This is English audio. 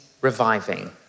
reviving